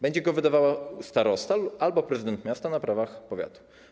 Będzie go wydawał starosta albo prezydent miasta na prawach powiatu.